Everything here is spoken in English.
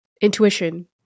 intuition